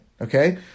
okay